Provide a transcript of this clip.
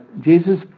Jesus